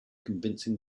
convincing